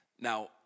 Now